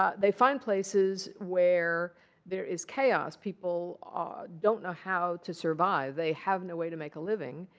ah they find places where there is chaos. people um don't know how to survive. they have no way to make a living.